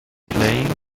playing